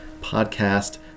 podcast